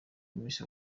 miss